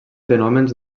fenòmens